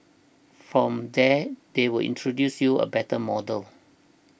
from there they will introduce you a better model